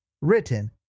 written